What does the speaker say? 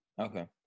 Okay